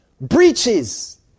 breaches